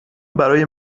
برای